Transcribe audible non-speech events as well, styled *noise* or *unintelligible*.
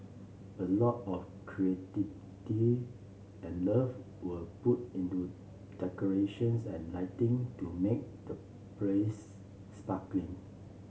a lot of *unintelligible* and love were put into decorations and lighting to make the place sparkling